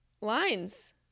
lines